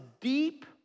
deep